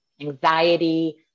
anxiety